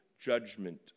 judgment